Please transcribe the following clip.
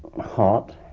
hot,